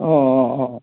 অঁ অঁ অঁ